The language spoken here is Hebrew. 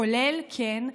כולל, כן,